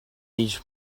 niche